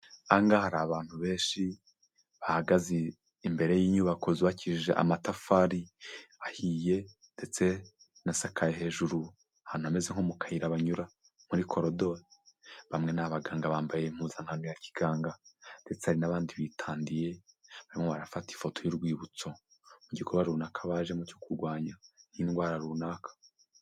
Aha ngaha hari abantu benshi bahagaze imbere y'inyubako zubaki amatafari ahiye ndetse asakaye hejuru hanameze nko mu kayira banyura muri korodo, bamwe ni abaganga bambaye impuzankanga ya kiganga ndetse hari n'abandi bitandiye barimo barafata ifoto y'urwibutso mu gikorwa runaka bajemo cyo kurwanya indwara runaka.